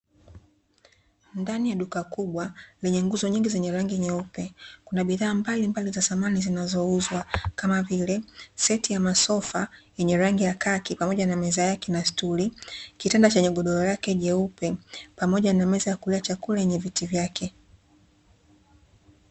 Ndani ya duka kubwa lenye nguzo nyingi zenye rangi nyeupe, kuna bidhaa mbalimbali za samani zinazouzwa, kama vile; seti ya masofa yenye rangi ya kaki pamoja na meza yake na stuli, kitanda chenye godoro lake jeupe, pamoja na meza ya kulia chakula yenye viti vyake.